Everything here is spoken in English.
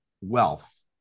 wealth